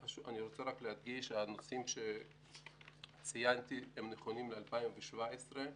אני רוצה להדגיש שהנושאים שציינתי נכונים ל-2017.